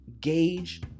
gauge